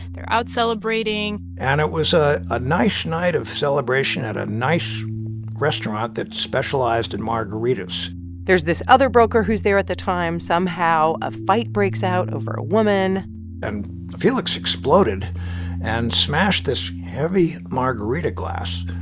they're out celebrating and it was a a nice night of celebration at a nice restaurant that specialized in margaritas there's this other broker who's there at the time. somehow a fight breaks out over a woman and felix exploded and smashed this heavy margarita glass.